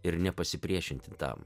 ir nepasipriešinti tam